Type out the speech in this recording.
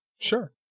sure